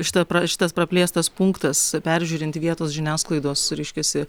šita pra šitas praplėstas punktas peržiūrint vietos žiniasklaidos reiškiasi